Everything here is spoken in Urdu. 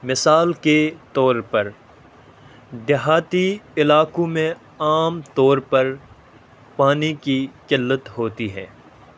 مثال کے طور پر دیہاتی علاقوں میں عام طور پر پانی کی قلت ہوتی ہے